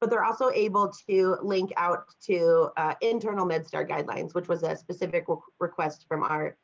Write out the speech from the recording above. but they're also able to link out to internal med star guidelines, which was a specific request from our